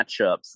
matchups